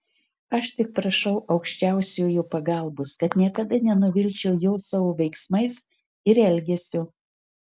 aš tik prašau aukščiausiojo pagalbos kad niekada nenuvilčiau jo savo veiksmais ir elgesiu